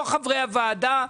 לא חברי הוועדה,